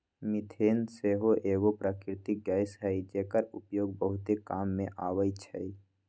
methane सेहो एगो प्राकृतिक गैस हई जेकर उपयोग बहुते काम मे अबइ छइ